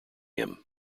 him